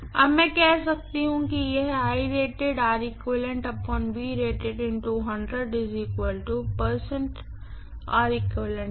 अब मैं कह सकता हूं कि यह है